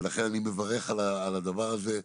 לכן אני מברך על הדבר הזה,